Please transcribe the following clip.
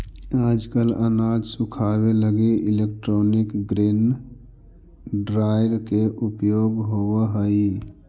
आजकल अनाज सुखावे लगी इलैक्ट्रोनिक ग्रेन ड्रॉयर के उपयोग होवऽ हई